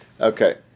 Okay